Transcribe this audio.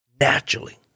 naturally